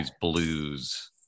blues